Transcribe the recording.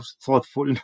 thoughtful